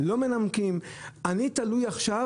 מניחה שכל בן אדם שיושב בחדר הזה ושצופה בנו עכשיו,